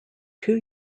two